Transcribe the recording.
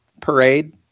parade